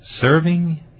Serving